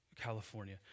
California